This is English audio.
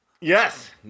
Yes